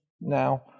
now